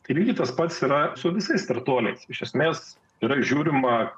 tai lygiai tas pats yra su visais startuoliais iš esmės yra žiūrima